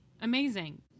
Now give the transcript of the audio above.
amazing